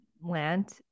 land